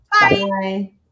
Bye